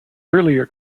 earlier